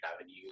Avenue